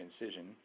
incision